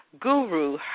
guru